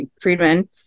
Friedman